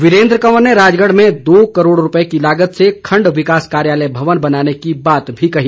वीरेंद्र कंवर ने राजगढ़ में दो करोड़ रुपये की लागत से खंड विकास कार्यालय भवन बनाने की बात भी कही